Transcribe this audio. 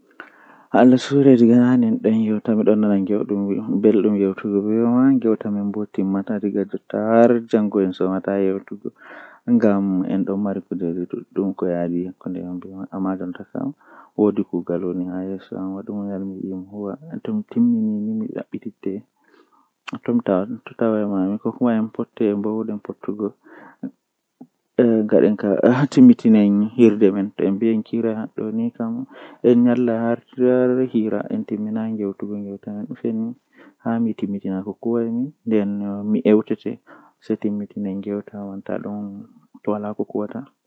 To ɓeɗon hola aranndewol kam mi darnan ɓe mi holinaɓe kala mo meti vilago pat mi fartan mo haa nder suudu jangirde am malla mi hokka mo mi wadamo kuugal feere jei yarnatamo bone to o accai.